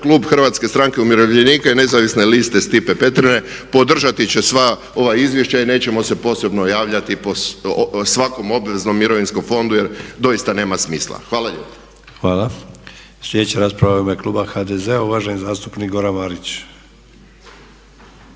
Klub Hrvatske stranke umirovljenika nezavisne liste Stipe Petrine podržati će sva ova izvješća i nećemo se posebno javljati po svakom obveznom mirovinskom fondu jer doista nema smisla. **Sanader, Ante (HDZ)** Hvala. Sljedeća rasprava je u ime Kluba HDZ-a, uvaženi zastupnik Goran Marić.